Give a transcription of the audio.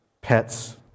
pets